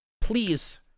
please